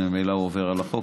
ממילא הוא עובר על החוק,